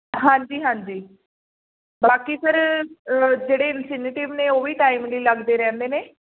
ਹਾਂਜੀ ਹਾਂਜੀ ਬਾਕੀ ਸਰ ਜਿਹੜੇ ਇਨਸੀਨੀਟਿਵ ਨੇ ਉਹ ਵੀ ਟਾਈਮਲੀ ਲੱਗਦੇ ਰਹਿੰਦੇ ਨੇ